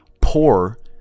Poor